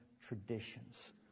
traditions